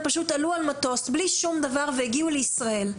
הם פשוט עלו על מטוס בלי שום דבר והגיעו לישראל.